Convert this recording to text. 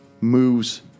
moves